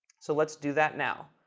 so let's do that now.